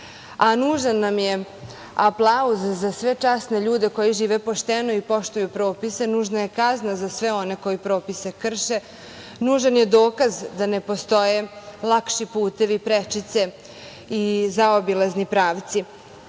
nužnost. Nužan nam je aplauz za sve časne ljude koji žive pošteno i poštuju propise, nužna je kazna za sve one koji propise krše, nužan je dokaz da ne postoje lakši putevi prečice i zaobilazni pravci.